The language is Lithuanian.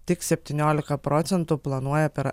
tik septyniolika procentų planuoja per